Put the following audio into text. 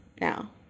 Now